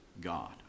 God